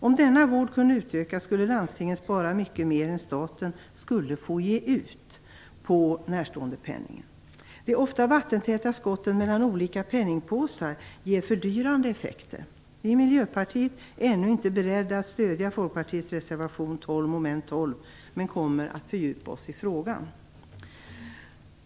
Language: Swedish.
Om denna vård kunde utökas skulle landstingen spara mycket mer än staten skulle få ge ut på närståendepenningen. De ofta vattentäta skotten mellan olika penningpåsar ger fördyrande effekter. Vi i Miljöpartiet är ännu inte beredda att stödja Folkpartiets reservation 12, som gäller mom. 12, men vi kommer att fördjupa oss i frågan.